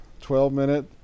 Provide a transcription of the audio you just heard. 12-minute